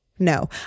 No